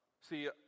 See